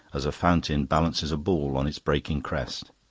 as a fountain balances a ball on its breaking crest.